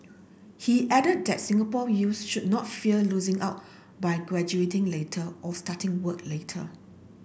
he added that Singapore youths should not fear losing out by graduating later or starting work later